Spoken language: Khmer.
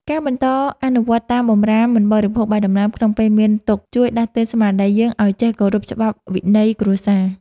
ការបន្តអនុវត្តតាមបម្រាមមិនបរិភោគបាយដំណើបក្នុងពេលមានទុក្ខជួយដាស់តឿនស្មារតីយើងឱ្យចេះគោរពច្បាប់វិន័យគ្រួសារ។